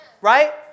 right